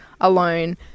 alone